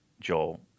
Joel